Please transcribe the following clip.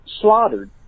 slaughtered